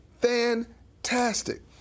fantastic